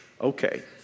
Okay